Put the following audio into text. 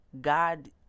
god